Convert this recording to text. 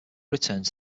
returned